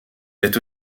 est